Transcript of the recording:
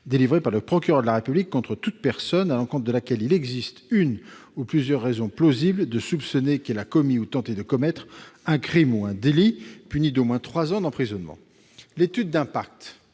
délivré par le procureur de la République « contre toute personne à l'encontre de laquelle il existe une ou plusieurs raisons plausibles de soupçonner qu'elle a commis ou tenté de commettre » un crime ou un délit puni d'au moins trois ans d'emprisonnement. L'étude d'impact